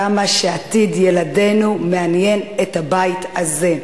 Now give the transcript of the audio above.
כמה שעתיד ילדינו מעניין את הבית הזה.